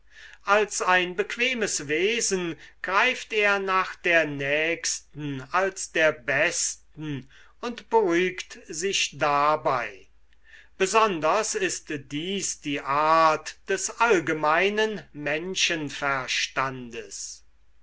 als ein bequemes wesen greift er nach der nächsten als der besten und beruhigt sich dabei besonders ist dies die art des allgemeinen